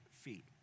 feet